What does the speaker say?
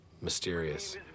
mysterious